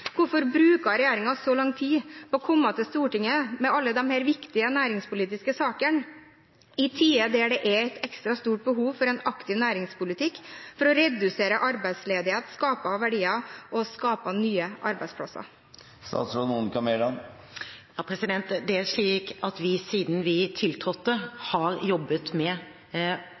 Hvorfor bruker regjeringen så lang tid på å komme til Stortinget med alle disse viktige næringspolitiske sakene, i tider der det er et ekstra stort behov for en aktiv næringspolitikk for å redusere arbeidsledighet, skape verdier og skape nye arbeidsplasser? Det er slik at vi, siden vi tiltrådte, har jobbet med